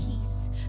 peace